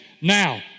Now